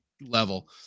level